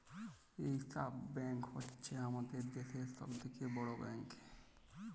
reserve bank হ্য়চ্ছ হামাদের দ্যাশের সব থেক্যে বড় ব্যাঙ্ক